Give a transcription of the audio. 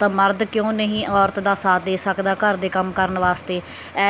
ਤਾਂ ਮਰਦ ਕਿਉਂ ਨਹੀਂ ਔਰਤ ਦਾ ਸਾਥ ਦੇ ਸਕਦਾ ਘਰ ਦੇ ਕੰਮ ਕਰਨ ਵਾਸਤੇ